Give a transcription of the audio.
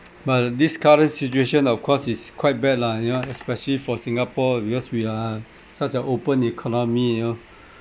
but this current situation of course it's quite bad lah you know especially for singapore because we are such a open economy you know